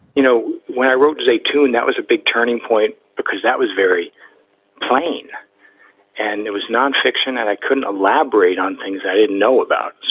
you know, when i wrote a tune, that was a big turning point because that was very plain and it was nonfiction and i couldn't elaborate on things i didn't know about.